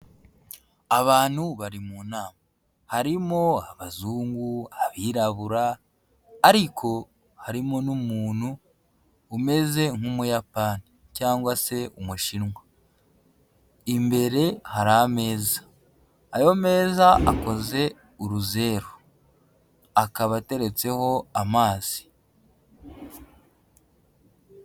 Abantu bari mu nama, harimo abazungu, abirabura, ariko harimo n'umuntu umeze nk'umuyapani cyangwa se umushinwa, imbere hari ameza, ayo meza akoze uruzeru, akaba ateretseho amazi.